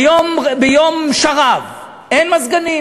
ביום שרב אין מזגנים,